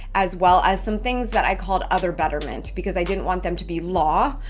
as well as some things that i called other betterment because i didn't want them to be law,